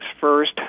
First